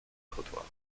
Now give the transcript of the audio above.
trottoirs